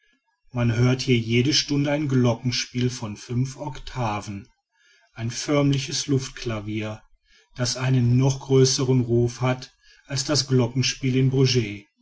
man hört hier jede stunde ein glockenspiel von fünf octaven ein förmliches luftclavier das einen noch größeren ruf hat als das glockenspiel in bruges